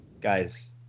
guys